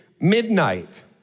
midnight